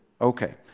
Okay